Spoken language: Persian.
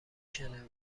اشاره